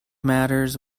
matters